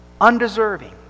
undeserving